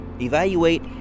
evaluate